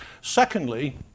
Secondly